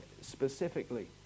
specifically